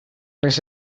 les